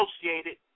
associated